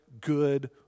good